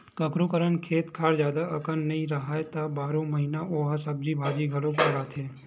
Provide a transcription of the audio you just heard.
कखोरो करन खेत खार जादा अकन नइ राहय त बारो महिना ओ ह सब्जी भाजी घलोक लगाथे